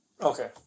Okay